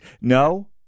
No